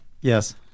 Yes